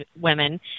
women